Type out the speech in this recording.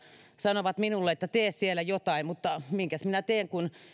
sanovat minulle että tee siellä jotain mutta minkäs minä teen en muuta kuin